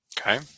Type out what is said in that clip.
Okay